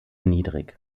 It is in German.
niedrig